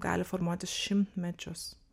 gali formuotis šimtmečius